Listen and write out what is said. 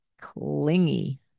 clingy